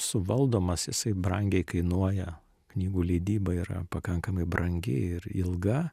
suvaldomas jisai brangiai kainuoja knygų leidyba yra pakankamai brangi ir ilga